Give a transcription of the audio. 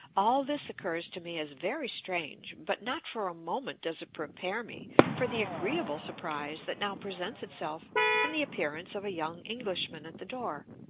all this occurs to me as very strange but not for a moment does it prepare me for the agreeable surprise that now presents itself in the appearance of a young englishman at the door.